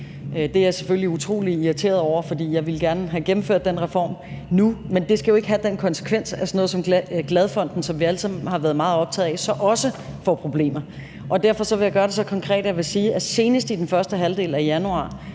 Det er jeg selvfølgelig utrolig irriteret over, for jeg ville gerne have gennemført den reform nu. Men det skal jo ikke have den konsekvens, at sådan noget som Glad Fonden, som vi alle sammen har været meget optaget af, så også får problemer. Derfor vil jeg gøre det så konkret, at jeg vil sige, at senest i første halvdel af januar